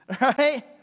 Right